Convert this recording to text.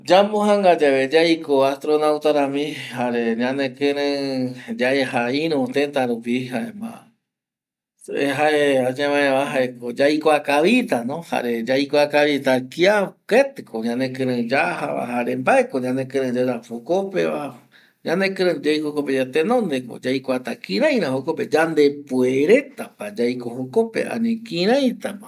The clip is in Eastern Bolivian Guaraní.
Yamojanga yave yaiko astronauta rami jare ñanekirei yaja iru teta rupi jaema se jae ayuavae va yaikua kavita no jare yaikua kavita kia, keti ko ñanekirei yaja va jare mbae ko ñanekirei yayapo jokope va, ñanekirei yaiko jokope yae tenonde no yaikua ta kiraira jokope yande puereta pa yaiko jokope ani kiraita pa